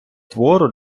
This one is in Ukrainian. твору